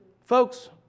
Folks